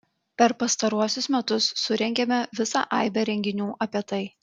per pastaruosius metus surengėme visą aibę renginių apie tai